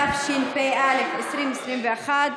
התשפ"א 2021,